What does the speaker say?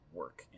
work